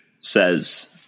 says